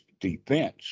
defense